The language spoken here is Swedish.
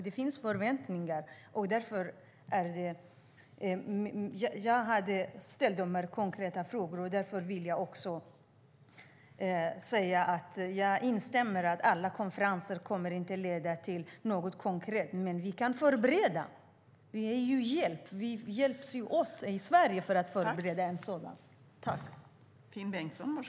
Det finns förväntningar, och därför ställde jag konkreta frågor. Jag vill också säga att jag instämmer i att alla konferenser inte kommer att leda till något konkret. Men vi kan förbereda; vi kan hjälpas åt i Sverige för att förbereda en sådan konferens.